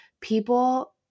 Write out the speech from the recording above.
people